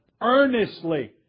earnestly